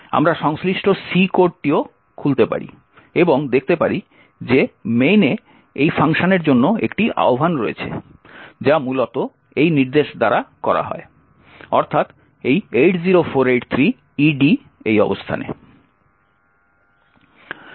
আমরা সংশ্লিষ্ট C কোডটিও খুলতে পারি এবং দেখতে পারি যে main এ এই ফাংশনের জন্য একটি আহ্বান রয়েছে যা মূলত এই নির্দেশ দ্বারা করা হয় অর্থাৎ এই 80483ED অবস্থানে